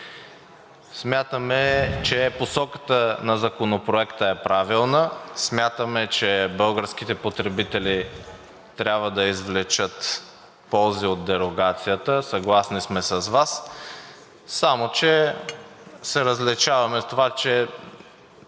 Смятаме, че посоката на Законопроекта е правилна, смятаме, че българските потребители трябва да извлекат ползи от дерогацията, съгласни сме с Вас, само че се различаваме в това, че